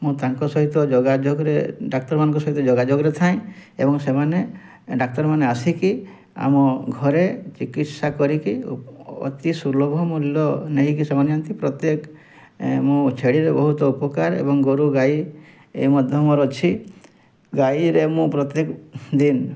ମୁଁ ତାଙ୍କ ସହିତ ଯୋଗାଯୋଗରେ ଡାକ୍ତରମାନଙ୍କ ସହିତ ଯୋଗାଯୋଗରେ ଥାଏ ଏବଂ ସେମାନେ ଡାକ୍ତରମାନେ ଆସିକି ଆମ ଘରେ ଚିକିତ୍ସା କରିକି ଅତି ସୁଲଭ ମୂଲ୍ୟ ନେଇକି ସେମାନେ ଯାଆନ୍ତି ପ୍ରତ୍ୟେକ ମୁଁ ଛେଳିରେ ବହୁତ ଉପକାର ଏବଂ ଗୋରୁ ଗାଈ ଏ ମଧ୍ୟ ମୋର ଅଛି ଗାଈରେ ମୁଁ ପ୍ରତ୍ୟେକ ଦିନ